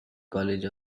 college